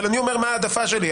אבל אני אומר מה ההעדפה שלי,